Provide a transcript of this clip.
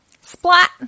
Splat